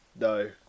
no